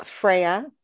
Freya